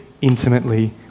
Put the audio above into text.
intimately